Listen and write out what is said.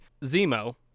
zemo